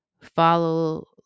follow